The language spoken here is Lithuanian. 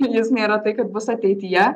jis nėra tai kad bus ateityje